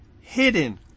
hidden